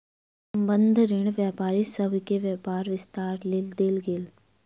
संबंद्ध ऋण व्यापारी सभ के व्यापार विस्तारक लेल देल गेल